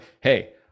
Hey